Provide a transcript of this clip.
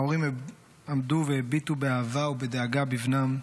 ההורים עמדו והביטו באהבה ובדאגה בבנם,